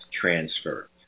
transfer